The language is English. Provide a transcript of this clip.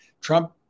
Trump